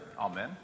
amen